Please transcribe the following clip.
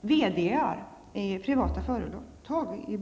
verkställande direktörer i privata företag.